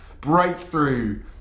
Breakthrough